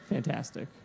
Fantastic